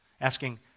Asking